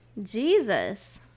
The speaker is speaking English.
jesus